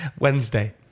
Wednesday